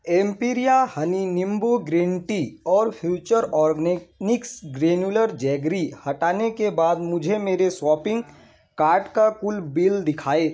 Emperia honey निम्बू green tea और future organic निक्स ग्रैन्युलर जैगरी हटाने के बाद मुझे मेरे शॉपिंग कार्ड का कुल बिल दिखाएँ